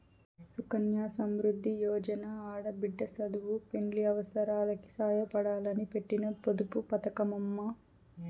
సుకన్య సమృద్ది యోజన ఆడబిడ్డ సదువు, పెండ్లి అవసారాలకి సాయపడాలని పెట్టిన పొదుపు పతకమమ్మీ